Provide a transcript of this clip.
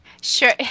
Sure